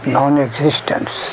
non-existence